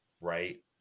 right